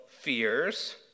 fears